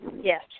Yes